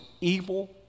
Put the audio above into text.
evil